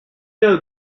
know